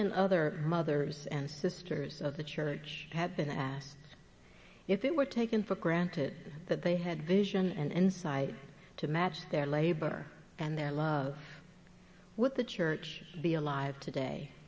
and other mothers and sisters of the church had been asked if they were taken for granted that they had vision and insight to match their labor and their love with the church be alive today